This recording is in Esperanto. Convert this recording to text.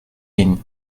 vin